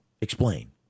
Explain